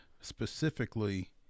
specifically